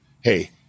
Hey